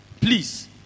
Please